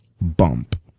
bump